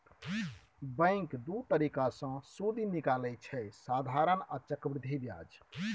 bank दु तरीका सँ सुदि निकालय छै साधारण आ चक्रबृद्धि ब्याज